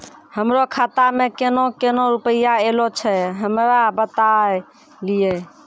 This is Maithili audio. हमरो खाता मे केना केना रुपैया ऐलो छै? हमरा बताय लियै?